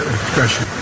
expression